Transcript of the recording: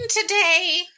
today